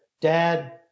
Dad